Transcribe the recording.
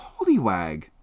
Pollywag